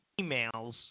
emails